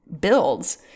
builds